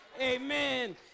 amen